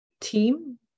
team